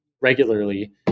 regularly